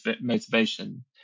motivation